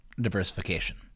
Diversification